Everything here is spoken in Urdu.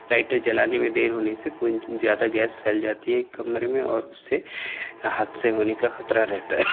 لائٹر جلانے میں دیر ہونے سے زیادہ گیس پھیل جاتی ہے کمرے میں اور اس سے حادثے ہونے کا خطرہ رہتا ہے